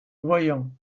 voyons